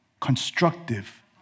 Constructive